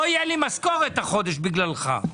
לא יהיה לי משכורת החודש בגללך.